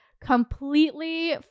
completely